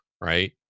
right